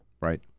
right